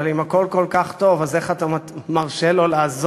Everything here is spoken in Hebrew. אבל אם הכול כל כך טוב, אז איך אתה מרשה לו לעזוב?